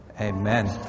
Amen